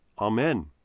Amen